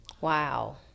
Wow